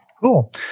Cool